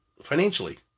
financially